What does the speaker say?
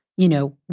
you know,